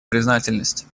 признательность